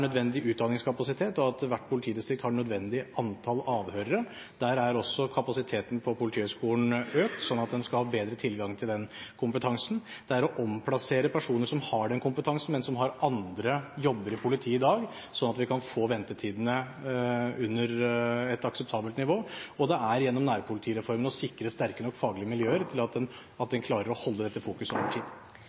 også kapasiteten på Politihøgskolen økt, sånn at en skal ha bedre tilgang til den kompetansen. Det er å omplassere personer som har den kompetansen, men som har andre jobber i politiet i dag, sånn at vi kan få ventetidene ned til et akseptabelt nivå. Og det er gjennom nærpolitireformen å sikre sterke nok faglige miljøer til at en klarer å holde dette fokuset over tid.